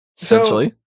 Essentially